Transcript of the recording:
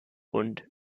und